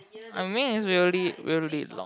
I mean is really really long